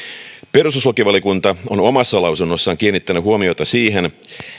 perustuslakivaliokunta on omassa lausunnossaan kiinnittänyt huomiota siihen